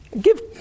Give